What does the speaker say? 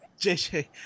JJ